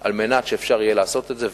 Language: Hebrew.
על מנת שאפשר יהיה לעשות את זה,